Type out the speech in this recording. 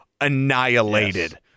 annihilated